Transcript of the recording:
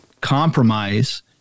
compromise